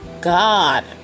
god